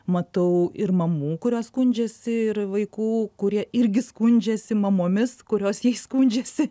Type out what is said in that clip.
matau ir mamų kurios skundžiasi ir vaikų kurie irgi skundžiasi mamomis kurios jais skundžiasi